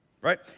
right